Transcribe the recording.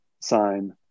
sign